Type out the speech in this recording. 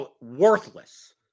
worthless